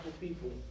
people